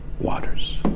waters